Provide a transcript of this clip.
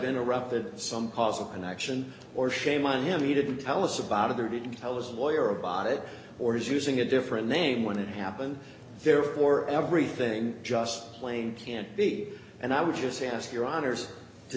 interrupted some causal connection or shame on him he didn't tell us about it or didn't tell us a boy or a bought it or is using a different name when it happened therefore everything just plain can't be and i would just ask your honour's to